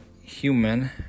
human